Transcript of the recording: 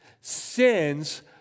Sins